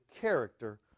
character